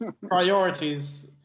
Priorities